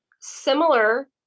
similar